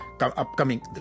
upcoming